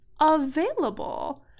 available